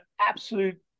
absolute